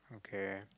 okay